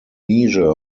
measure